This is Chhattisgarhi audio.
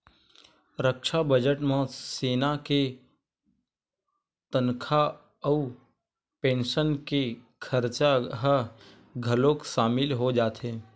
रक्छा बजट म सेना के तनखा अउ पेंसन के खरचा ह घलोक सामिल हो जाथे